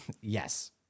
Yes